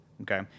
Okay